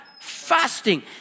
Fasting